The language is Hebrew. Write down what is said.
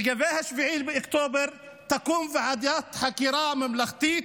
לגבי 7 באוקטובר תקום ועדת חקירה ממלכתית,